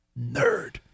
Nerd